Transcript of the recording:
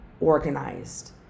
organized